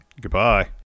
goodbye